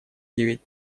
девять